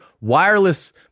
wireless